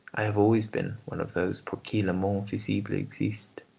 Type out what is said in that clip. i have always been one of those pour qui le monde visible existe